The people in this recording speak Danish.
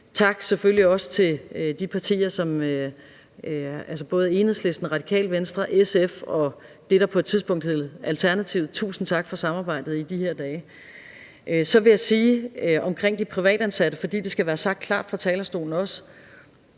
tak til Enhedslisten, Radikale Venstre, SF og dem, der på et tidspunkt var Alternativet – tusind tak for samarbejdet i de her dage. Så vil jeg sige noget omkring de privatansatte, fordi det også skal være sagt klart fra talerstolen,